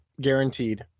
guaranteed